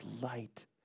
light